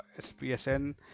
SPSN